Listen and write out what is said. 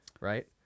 right